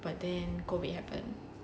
but then COVID happened